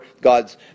God's